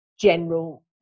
general